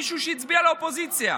מישהו שהצביע לאופוזיציה.